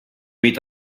meet